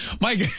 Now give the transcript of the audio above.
Mike